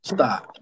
Stop